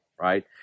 right